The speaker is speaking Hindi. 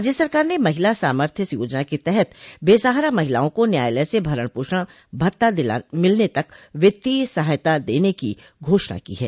राज्य सरकार ने महिला सामर्थय योजना के तहत बेसहारा महिलाओं को न्यायालय से भरण पोषण भत्ता मिलने तक वित्तीय सहायता देने को घोषणा की है